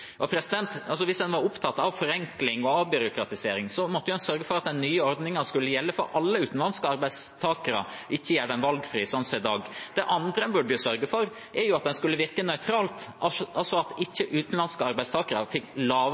Hvis en var opptatt av forenkling og avbyråkratisering, måtte en jo sørge for at den nye ordningen skulle gjelde for alle utenlandske arbeidstakere, ikke gjøre den valgfri, som i dag. Det andre en burde sørge for, er at den skulle virke nøytralt – at utenlandske arbeidstakere ikke fikk lavere